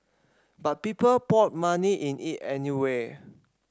but people poured money in it anyway